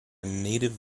native